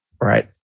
right